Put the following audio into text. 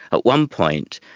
at one point,